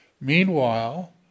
Meanwhile